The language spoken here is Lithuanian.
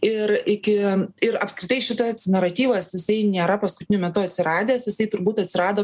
ir iki ir apskritai šitas naratyvas tai nėra paskutiniu metu atsiradęs jisai turbūt atsirado